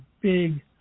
big